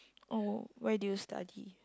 orh where do you study